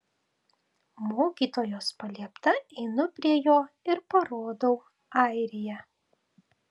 mokytojos paliepta einu prie jo ir parodau airiją